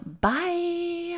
Bye